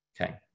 Okay